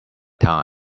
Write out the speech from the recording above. time